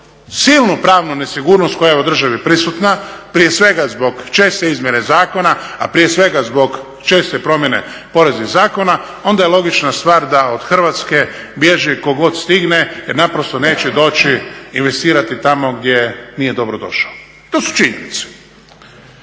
silnu pravnu nesigurnost koja je u državi prisutna, prije svega zbog česte izmjene zakona, a prije svega zbog česte promjene poreznih zakona, onda je logična stvar da od Hrvatske bježi tko god stigne jer naprosto neće doći investirati tamo gdje nije dobrodošao. To su činjenice.